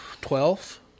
Twelve